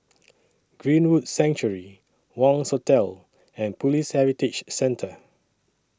Greenwood Sanctuary Wangz Hotel and Police Heritage Centre